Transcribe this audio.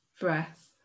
breath